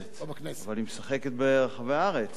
אבל היא מוצגת ברחבי הארץ.